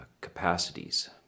capacities